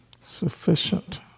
sufficient